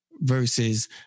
versus